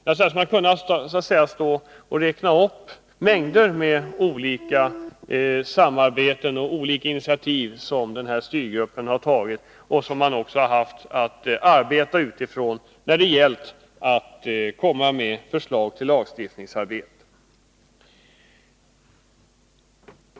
Jag skulle kunna räkna upp mängder med exempel på initiativ som styrgruppen har tagit och som givit gruppen material för arbetet med att lägga fram förslag till lagstiftning.